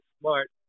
smart